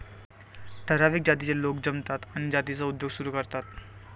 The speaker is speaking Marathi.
ठराविक जातीचे लोक जमतात आणि जातीचा उद्योग सुरू करतात